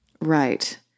Right